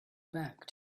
back